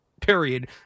period